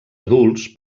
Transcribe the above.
adults